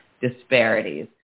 disparities